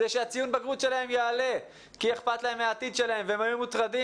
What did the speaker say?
כי אכפת להם מהעתיד שלהם והם היו מוטרדים,